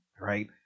Right